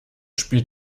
spielt